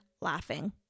laughing